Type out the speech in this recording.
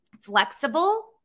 flexible